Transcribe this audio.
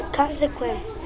consequence